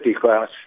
class